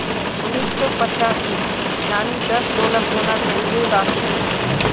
उन्नीस सौ पचासीत नानी दस तोला सोना खरीदे राखिल छिले